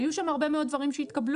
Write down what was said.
היו שם הרבה מאוד דברים שהתקבלו.